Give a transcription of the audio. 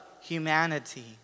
humanity